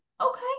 okay